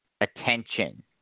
attention